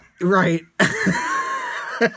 Right